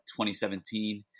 2017